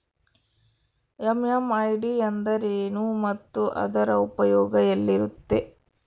MMID ಎಂದರೇನು ಮತ್ತು ಅದರ ಉಪಯೋಗ ಎಲ್ಲಿರುತ್ತೆ?